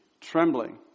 Trembling